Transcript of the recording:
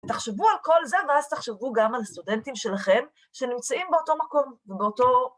תחשבו על כל זה, ואז תחשבו גם על הסטודנטים שלכם שנמצאים באותו מקום ובאותו...